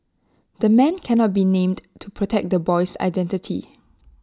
the man cannot be named to protect the boy's identity